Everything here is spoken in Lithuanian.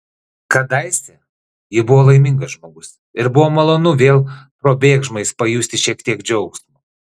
kadaise ji buvo laimingas žmogus ir buvo malonu vėl probėgšmais pajusti šiek tiek džiaugsmo